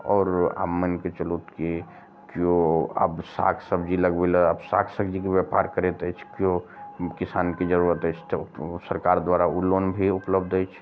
आओर आब मानिके चलू की केओ आब साग सब्जी लगबै लए आब साग सब्जीके व्यापार करैत अछि केओ किसानके जरूरत अछि तऽ सरकार द्वारा ओ लोन भी उपलब्ध अछि